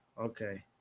okay